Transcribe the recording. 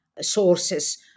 sources